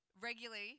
regularly